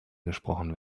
gesprochen